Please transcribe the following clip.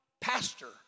Pastor